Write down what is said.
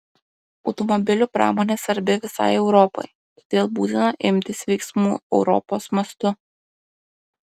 automobilių pramonė svarbi visai europai todėl būtina imtis veiksmų europos mastu